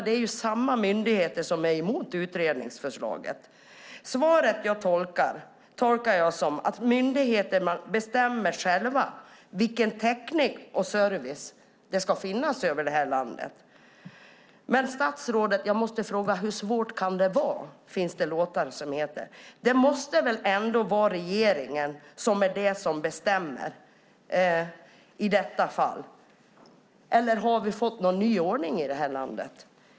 Det är dock samma myndigheter som är emot utredningens förslag. Svaret tolkar jag som att myndigheterna själva bestämmer vilken täckning och service det ska finnas över landet. Men, statsrådet, hur svårt kan det vara? Det måste väl ändå vara regeringen som bestämmer om detta. Eller har vi fått en ny ordning i landet?